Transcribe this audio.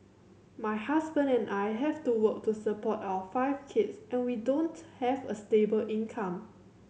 my husband and I have to work to support our five kids and we don't have a stable income